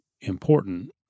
important